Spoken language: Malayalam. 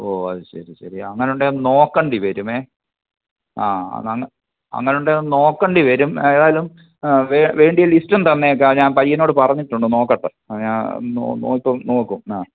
ഓ അത് ശരി ശരി അങ്ങനുണ്ടോ ഒന്ന് നോക്കണ്ടി വരുമേ ആ അങ്ങനെ അങ്ങനുണ്ടേ ഒന്ന് നോക്കണ്ടി വരും ഏതായാലും വേ വേണ്ടിയ ലിസ്റ്റൊന്ന് തന്നേക്ക് അത് ഞാൻ പയ്യനോട് പറഞ്ഞിട്ടുണ്ട് നോക്കട്ട് അത് ഞാൻ നോക്കാം നോക്കും നോക്കും ആ